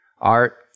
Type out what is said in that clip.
Art